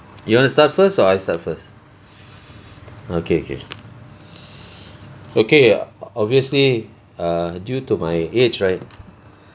you want to start first or I start first okay okay okay uh obviously err due to my age right